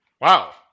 Wow